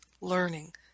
learning